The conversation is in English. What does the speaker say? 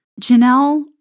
Janelle